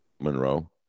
Monroe